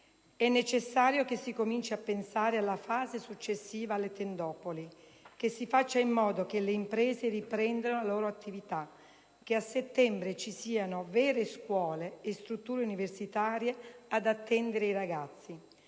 È necessario che si cominci a pensare alla fase successiva alle tendopoli, che si faccia in modo che le imprese riprendano la loro attività, che a settembre ci siano vere scuole e strutture universitarie ad attendere i ragazzi.